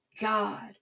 god